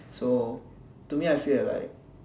so me I feel that like